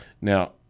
Now